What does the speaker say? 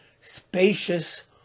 spacious